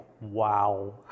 wow